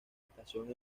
estación